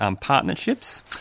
partnerships